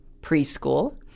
preschool